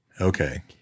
Okay